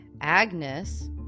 Agnes